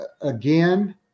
again